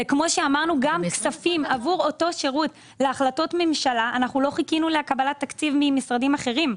גם בנוגע לכספים עבור אותו שירות לא חיכינו לקבל תקציב ממשרדים אחרים.